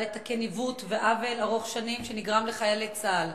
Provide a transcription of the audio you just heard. לתקן עיוות ועוול ארוך-שנים שנגרם לחיילי צה"ל.